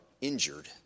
injured